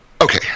Okay